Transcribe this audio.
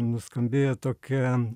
nuskambėjo tokia